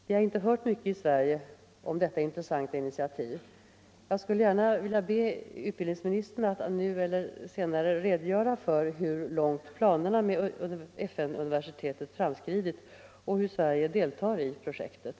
Vi har inte hört mycket i Sverige om detta intressanta initiativ. Jag vill gärna be utbildningsministern nu eller senare redogöra för hur långt planerna med FN-universitetet framskridit och hur Sverige deltar i projektet.